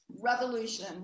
revolution